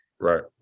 Right